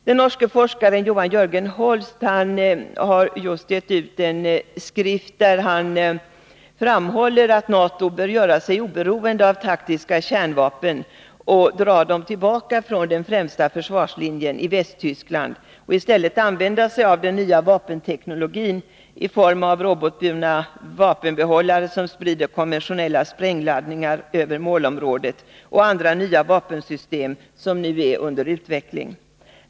Den norske forskaren Johan Jörgen Holte har just gett ut en skrift där han framhåller att NATO bör göra sig oberoende av taktiska kärnvapen och dra dem tillbaka från den främsta försvarslinjen i Västtyskland och i stället använda sig av den nya vapenteknologin i form av robotburna vapenbehållare, som sprider konventionella sprängladdningar över målområdet, och andra nya vapensystem, som nu är under utveckling.